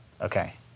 Okay